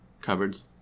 cupboards